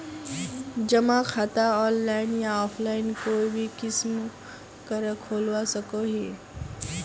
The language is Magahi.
जमा खाता ऑनलाइन या ऑफलाइन कोई भी किसम करे खोलवा सकोहो ही?